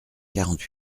quarante